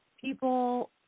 People